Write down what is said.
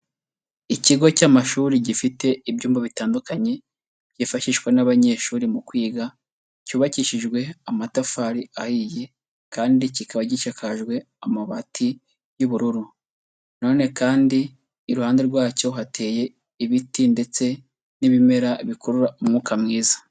Ikigo cy'amashuri gifite ibyumba bitandukanye, byifashishwa n'abanyeshuri mu kwiga, cyubakishijwe amatafari ahiye kandi kikaba gishakajwe amabati y'ubururu na none kandi iruhande rwacyo hateye ibiti ndetse n'ibimera bikurura umwuka mwiza.